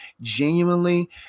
genuinely